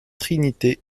trinité